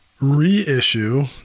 reissue